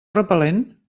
repel·lent